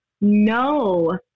No